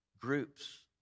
groups